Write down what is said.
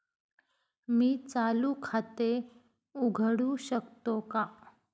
मी चालू खाते उघडू शकतो का?